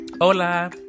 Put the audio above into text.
hola